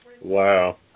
Wow